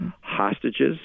hostages